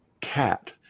cat